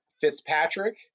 Fitzpatrick